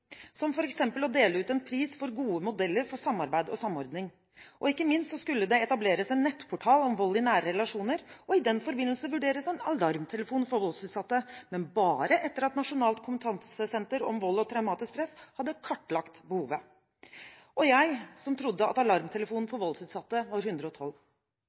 som f.eks. å dele ut en pris for gode modeller for samarbeid og samordning. Og ikke minst skulle det etableres en nettportal om vold i nære relasjoner og i den forbindelse vurderes en alarmtelefon for voldsutsatte – men bare etter at Nasjonalt kunnskapssenter om vold og traumatisk stress hadde kartlagt behovet. Og jeg som trodde alarmtelefonen for voldsutsatte var 112.